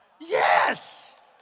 Yes